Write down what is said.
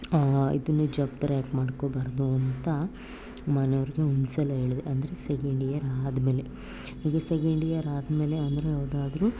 ಇದನ್ನೇ ಜ್ವಾಬ್ ಥರ ಯಾಕೆ ಮಾಡ್ಕೊಳ್ಬಾರ್ದು ಅಂತ ಮನೆಯೋರಿಗೆ ಒಂದ್ಸಲ ಹೇಳಿದೆ ಅಂದರೆ ಸೆಕೆಂಡ್ ಇಯರ್ ಆದ್ಮೇಲೆ ಹೀಗೆ ಸೆಕೆಂಡ್ ಇಯರ್ ಆದ್ಮೇಲೆ ಅಂದ್ರೆ ಯಾವುದಾದ್ರೂ